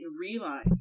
realize